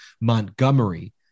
Montgomery